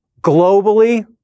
globally